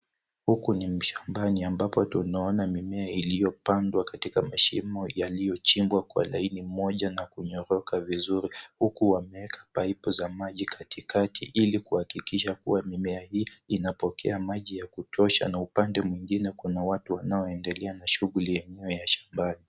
Huku ni shambani ambapo tunaona mimea iliyopandwa katika mashimo yaliyochimbwa kwa laini moja na kunyoroka vizuri huku wameweka pipe za maji katikati ili kuhakikisha kuwa mimea hii inapokea maji ya kutosha na upande mwingine kuna watu wanaoendelea na shughuli yenyewe ya shambani.